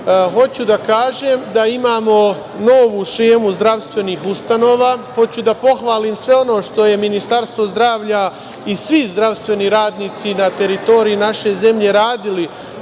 da kažem da, imamo novu šemu zdravstvenih ustanova, hoću da pohvalim sve ono što je Ministarstvo zdravlja i svi zdravstveni radnici, na teritoriji naše zemlje radili